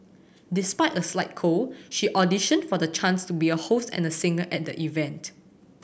despite a slight cold she auditioned for the chance to be a host and a singer at the event